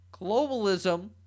Globalism